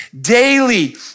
daily